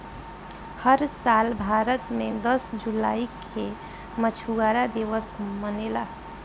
हर साल भारत मे दस जुलाई के मछुआरा दिवस मनेला